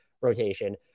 rotation